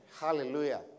Hallelujah